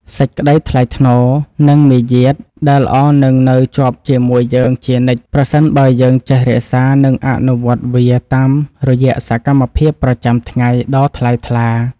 សេចក្តីថ្លៃថ្នូរ និង មារយាទដែលល្អនឹងនៅជាប់ជាមួយយើងជានិច្ចប្រសិនបើយើងចេះរក្សានិងអនុវត្តវាតាមរយៈសកម្មភាពប្រចាំថ្ងៃដ៏ថ្លៃថ្លា។